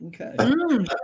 Okay